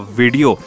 video